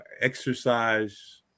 exercise